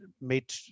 made